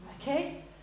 Okay